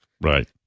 Right